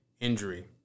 injury